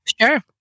Sure